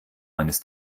eines